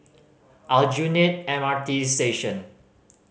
Aljunied M R T Station